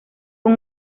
con